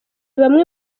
bamwe